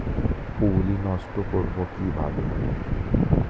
পুত্তলি নষ্ট করব কিভাবে?